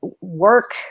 work